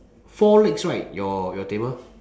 four legs right your your table